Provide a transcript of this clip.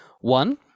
One